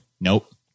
nope